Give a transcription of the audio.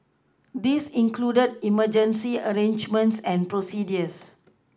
this included emergency arrangements and procedures